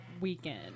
weekend